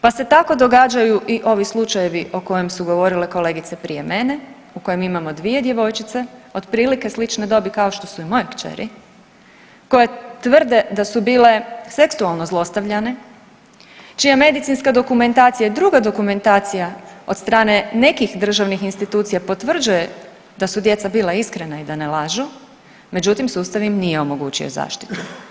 Pa se tako događaju i ovi slučajevi o kojem su govorile kolegice prije mene u kojem imamo dvije djevojčice, otprilike iste dobi kao što su i moje kćeri, koje tvrde da su bile seksualno zlostavljane čija medicinska dokumentacija i druga dokumentacija od strane nekih državnih institucija potvrđuje da su djeca bila iskrena i da ne lažu, međutim sustav im nije omogućio zaštitu.